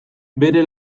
bere